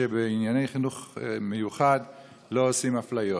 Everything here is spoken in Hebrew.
ושבענייני חינוך מיוחד לא עושים אפליות.